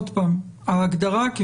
ההגדרה,